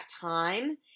time